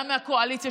גם מהקואליציה,